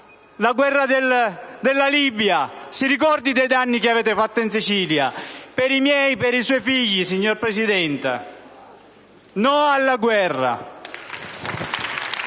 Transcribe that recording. La guerra di Libia! Si ricordi dei danni che avete fatto in Sicilia, per i miei e per i suoi figli, signor presidente Letta. No alla guerra!